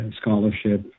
scholarship